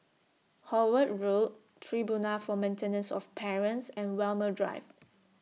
Howard Road Tribunal For Maintenance of Parents and Walmer Drive